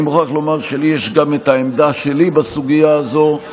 אני מוכרח לומר שלי יש גם את העמדה שלי בסוגיה הזאת,